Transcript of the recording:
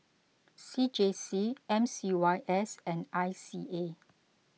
C J C M C Y S and I C A